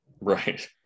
Right